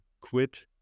quit